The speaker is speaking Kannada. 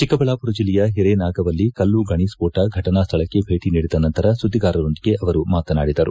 ಚಿಕ್ಕಬಳ್ಳಾಮರ ಜಿಲ್ಲೆಯ ಪಿರೇನಾಗವಲ್ಲಿ ಕಲ್ಲು ಗಣಿ ಸ್ಕೋಟ ಘಟನಾ ಸ್ವಳಕ್ಕೆ ಭೇಟ ನೀಡಿದ ನಂತರ ಸುದ್ದಿಗಾರರೊಂದಿಗೆ ಅವರು ಮಾತನಾಡಿದರು